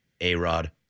A-Rod